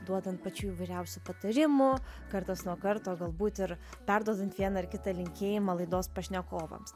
duodant pačių įvairiausių patarimų kartas nuo karto galbūt ir perduodant vieną ar kitą linkėjimą laidos pašnekovams